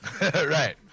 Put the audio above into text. Right